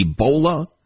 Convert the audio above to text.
Ebola